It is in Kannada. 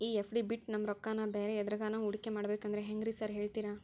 ಈ ಎಫ್.ಡಿ ಬಿಟ್ ನಮ್ ರೊಕ್ಕನಾ ಬ್ಯಾರೆ ಎದ್ರಾಗಾನ ಹೂಡಿಕೆ ಮಾಡಬೇಕಂದ್ರೆ ಹೆಂಗ್ರಿ ಸಾರ್ ಹೇಳ್ತೇರಾ?